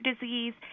disease